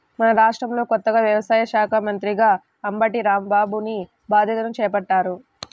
మన రాష్ట్రంలో కొత్తగా వ్యవసాయ శాఖా మంత్రిగా అంబటి రాంబాబుని బాధ్యతలను చేపట్టారు